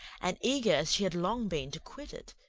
and eager as she had long been to quit it,